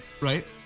Right